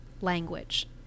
language